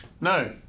no